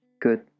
Good